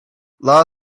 law